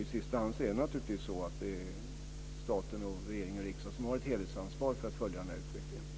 I sista hand har staten, regering och riksdag, ett helhetsansvar för att följa utvecklingen.